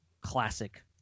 classic